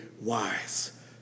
wise